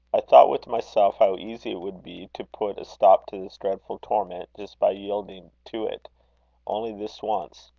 i thought with myself how easy it would be to put a stop to this dreadful torment, just by yielding to it only this once.